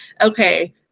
Okay